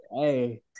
Hey